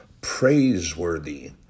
praiseworthy